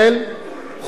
חוק של התנדבות,